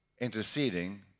interceding